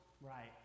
right